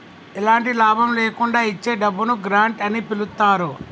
ఎలాంటి లాభం లేకుండా ఇచ్చే డబ్బును గ్రాంట్ అని పిలుత్తారు